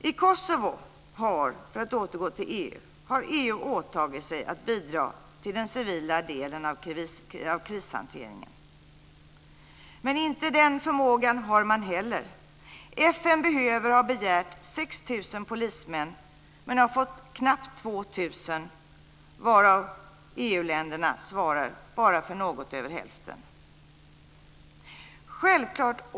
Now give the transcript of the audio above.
I Kosovo har EU, för att återgå till unionen, åtagit sig att bidra till den civila delen av krishanteringen. Men den förmågan har man inte heller. FN behöver och har begärt 6 000 polismän, men har fått knappt 2 000, varav EU-länderna bara svarar för något över hälften.